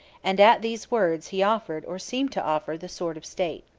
and at these words, he offered, or seemed to offer, the sword of state.